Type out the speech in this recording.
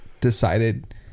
decided